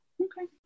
Okay